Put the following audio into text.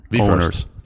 owners